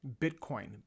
Bitcoin